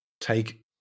take